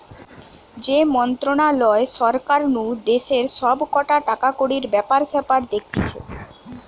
যে মন্ত্রণালয় সরকার নু দেশের সব কটা টাকাকড়ির ব্যাপার স্যাপার দেখতিছে